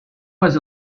was